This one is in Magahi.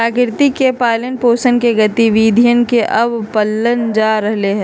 प्रकृति के पालन पोसन के गतिविधियन के अब पाल्ल जा रहले है